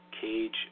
cage